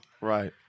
Right